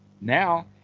now